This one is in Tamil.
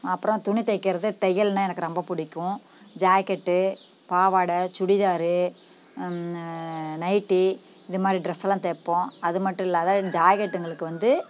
அப்புறம் துணி தைக்கிறது தையலுனா எனக்கு ரொம்ப புடிக்கும் ஜாக்கெட்டு பாவாடை சுடிதாரு நைட்டி இதுமாதிரி ட்ரெஸ் எல்லாம் தைப்போம் அது மட்டும் இல்லாம ஜாக்கெட்டுகளுக்கு வந்து